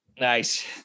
Nice